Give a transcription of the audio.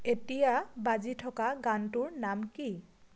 এতিয়া বাজি থকা গানটোৰ নাম কি